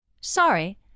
Sorry